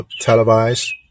televised